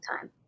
time